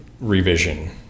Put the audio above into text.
revision